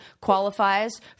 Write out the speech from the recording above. qualifies